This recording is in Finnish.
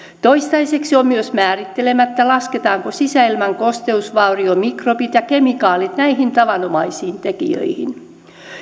toistaiseksi on myös määrittelemättä lasketaanko sisäilman kosteusvauriomikrobit ja kemikaalit näihin tavanomaisiin tekijöihin